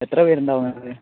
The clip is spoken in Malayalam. എത്ര പേരുണ്ടാവും